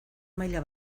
maila